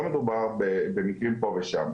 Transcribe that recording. לא מדובר במקרים פה ושם.